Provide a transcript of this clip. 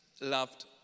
loved